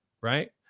right